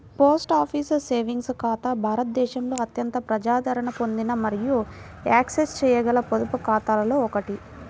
post office savings ఖాతా భారతదేశంలో అత్యంత ప్రజాదరణ పొందిన మరియు యాక్సెస్ చేయగల పొదుపు ఖాతాలలో ఒకటి